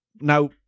Now